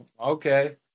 okay